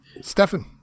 Stefan